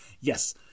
yes